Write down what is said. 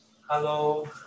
hello